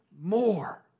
more